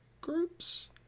groups